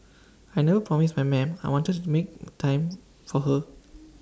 I never promised my ma'am I wanted to make time for her